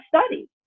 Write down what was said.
study